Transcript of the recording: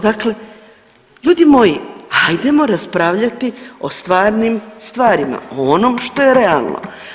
Dakle, ljudi moji hajdemo raspravljati o stvarnim stvarima, o onom što je realno.